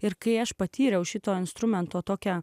ir kai aš patyriau šito instrumento tokia